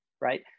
right